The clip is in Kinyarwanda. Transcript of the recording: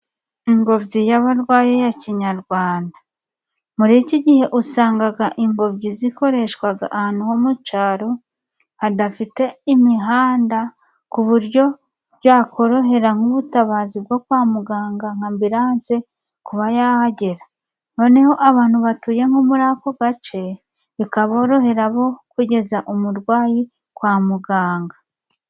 Ingobyi y'abarwayi ya Kinyarwanda. Muri iki gihe usangaga ingobyi zikoreshwaga ahantu ho mu caro hadafite imihanda ku buryo byakorohera nk'ubutabazi bwo kwa muganga nka ambilanse kuba yahagera . Noneho abantu batuye nko muri ako gace, bikaborohera bo kugeza umurwayi kwa muganga.